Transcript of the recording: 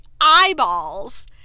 eyeballs